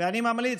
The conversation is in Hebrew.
ואני ממליץ,